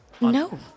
No